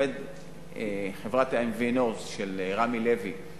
חברת ה-MVNO של רמי לוי,